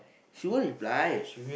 she won't reply